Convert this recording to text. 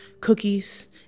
cookies